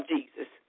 Jesus